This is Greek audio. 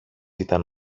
ήταν